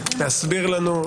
להסביר לנו,